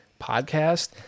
podcast